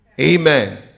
Amen